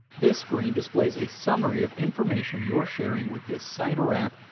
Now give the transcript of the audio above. this screen displays a summary of information you're sharing with this site or app,